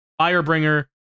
Firebringer